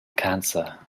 cancer